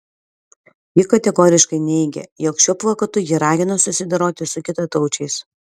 ji kategoriškai neigė jog šiuo plakatu ji ragino susidoroti su kitataučiais